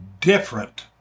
different